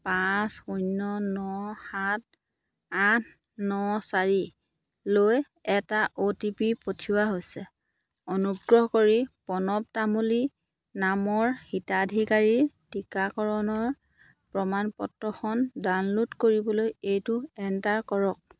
পাঁচ শূন্য ন সাত আঠ ন চাৰিলৈ এটা অ'টিপি পঠিওৱা হৈছে অনুগ্ৰহ কৰি প্ৰণৱ তামুলী নামৰ হিতাধিকাৰীৰ টিকাকৰণৰ প্ৰমাণ পত্ৰখন ডাউনলোড কৰিবলৈ এইটো এণ্টাৰ কৰক